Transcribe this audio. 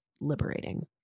liberating